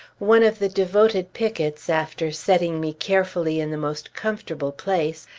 one of the devoted pickets, after setting me carefully in the most comfortable place,